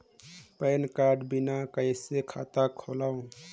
Pan card बिना कइसे खाता खोलव?